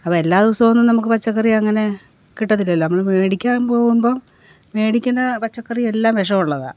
അപ്പോൾ എല്ലാ ദിവസം ഒന്നും നമുക്ക് പച്ചക്കറി അങ്ങനെ കിട്ടത്തില്ലല്ലോ നമ്മൾ മേടിക്കാന് പോവുമ്പം മേടിക്കുന്ന പച്ചക്കറി എല്ലാം വിഷം ഉള്ളതാ